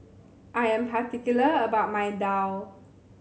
I am particular about my Daal